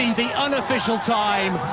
the unofficial time.